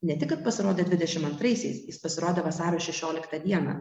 ne tik kad pasirodė dvidešimt antraisiais jis pasirodė vasario šešioliktą dieną